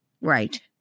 Right